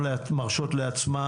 מרשות לעצמן,